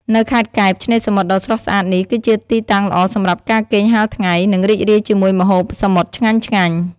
នៅខេត្តកែប ឆ្នេរសមុទ្រដ៏ស្រស់ស្អាតនេះគឺជាទីតាំងល្អសម្រាប់ការគេងហាលថ្ងៃ និងរីករាយជាមួយម្ហូបសមុទ្រឆ្ងាញ់ៗ។